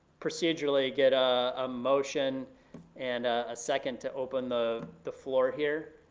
procedurally, get a motion and a second to open the the floor here,